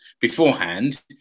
beforehand